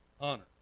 honor